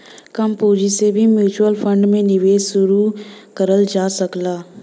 कम पूंजी से भी म्यूच्यूअल फण्ड में निवेश शुरू करल जा सकला